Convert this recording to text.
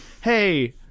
hey